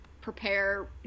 prepare